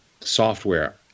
software